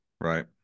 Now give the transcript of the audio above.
Right